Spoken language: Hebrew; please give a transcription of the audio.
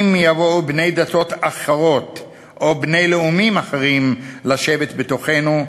אם יבואו בני דתות אחרות או בני לאומים אחרים לשבת בתוכנו,